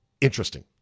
interesting